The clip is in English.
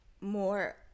more